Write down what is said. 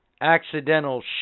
accidental